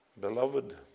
Beloved